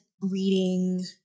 reading